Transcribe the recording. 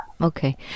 Okay